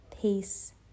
peace